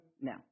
No